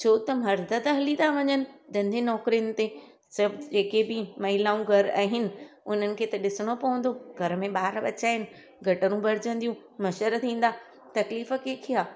छो त मर्द त हली था वञनि धंधे नौकिरीनि ते सभु जेके बि महिलाऊं घर आहिनि हुननि खे त ॾिसणो पवंदो घर में ॿार बच्चा आहिनि गटरूं भरजंदियूं मशर थींदा तकलीफ़ कंहिंखे आहे